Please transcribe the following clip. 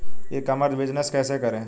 ई commerce business कैसे करें?